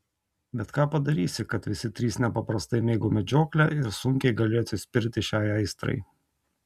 bet ką padarysi kad visi trys nepaprastai mėgo medžioklę ir sunkiai galėjo atsispirti šiai aistrai